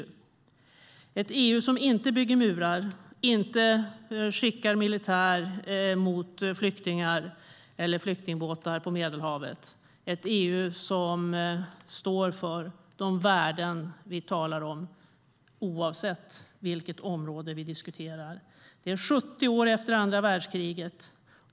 Det ska vara ett EU som inte bygger murar, inte skickar militär mot flyktingar eller flyktingbåtar på Medelhavet. Det ska vara ett EU som står för de värden vi talar om oavsett vilket område vi diskuterar. Det är 70 år efter andra världskriget.